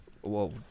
Whoa